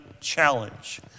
Challenge